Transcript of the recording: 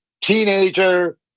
teenager